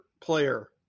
player